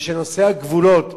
ושנושא הגבולות,